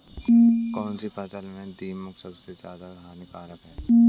कौनसी फसल में दीमक सबसे ज्यादा हानिकारक है?